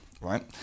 right